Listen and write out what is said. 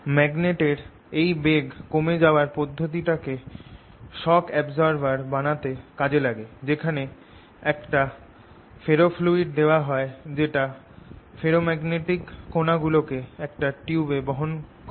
magnet এর এই বেগ কমে যাওয়ার পদ্ধতিটাকে শক অ্যাবজরবার বানাতে কাজে লাগে যেখানে একটা ফেরোফ্লুইড দেওয়া হয় যেটা ফেরোম্যাগনেটিক কণা গুলো কে একটা টিউবে বহন করে